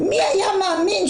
מי היה מאמין,